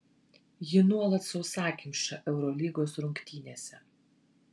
ji nuolat sausakimša eurolygos rungtynėse